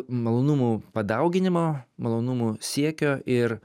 malonumų padauginimo malonumų siekio ir